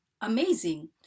amazing